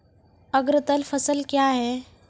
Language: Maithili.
अग्रतर फसल क्या हैं?